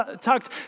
tucked